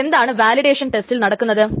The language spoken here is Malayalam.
ഇനി എന്താണ് വാലിഡേഷൻ ടെസ്റ്റിൽ നടക്കുന്നത്